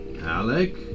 Alec